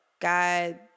God